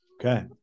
Okay